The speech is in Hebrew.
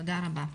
תודה רבה.